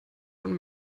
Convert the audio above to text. von